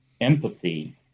empathy